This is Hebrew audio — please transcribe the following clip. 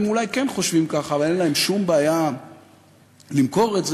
הם אולי כן חושבים ככה אבל אין להם שום בעיה למכור את זה